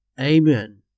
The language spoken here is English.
Amen